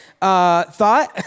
thought